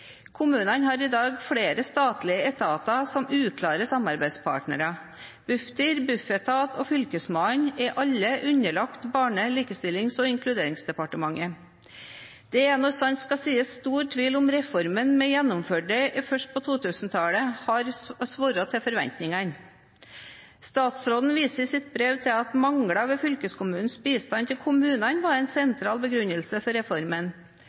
Kommunene har i dag flere statlige etater som uklare samarbeidspartnere. Bufdir, Bufetat og Fylkesmannen er alle underlagt Barne-, likestillings- og inkluderingsdepartementet. Det er, når sant skal sies, stor tvil om hvorvidt reformen vi gjennomførte først på 2000-tallet, har svart til forventningene. Statsråden viser i sitt brev til at mangler ved fylkeskommunenes bistand til kommunene var en sentral begrunnelse for reformen.